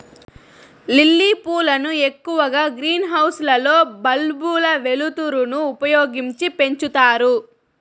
lily పూలను ఎక్కువగా green house లలో బల్బుల వెలుతురును ఉపయోగించి పెంచుతారు